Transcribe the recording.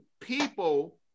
people